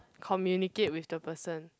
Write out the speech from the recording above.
communicate with the person